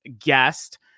guest